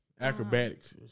Acrobatics